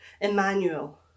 Emmanuel